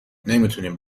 نمیتونیم